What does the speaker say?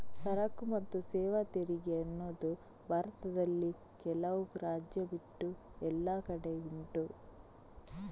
ಸರಕು ಮತ್ತು ಸೇವಾ ತೆರಿಗೆ ಅನ್ನುದು ಭಾರತದಲ್ಲಿ ಕೆಲವು ರಾಜ್ಯ ಬಿಟ್ಟು ಎಲ್ಲ ಕಡೆ ಉಂಟು